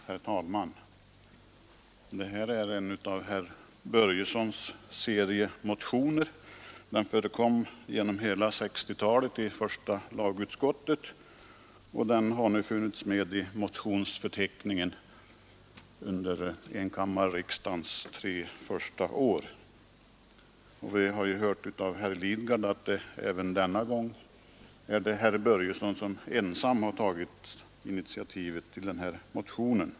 Herr talman! Denna motion ingår i herr Börjessons i Falköping serie av motioner. Den förekom genom hela 1960-talet i första lagutskottet, och den har nu funnits med i motionsförteckningen under enkammarriksdagens tre första år. Vi har hört av herr Lidgard att det även denna gång är herr Börjesson som ensam har tagit initiativet till denna motion.